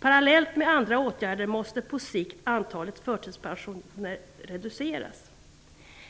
Parallellt med andra åtgärder måste på sikt antalet förtidspensioner reduceras.